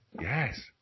Yes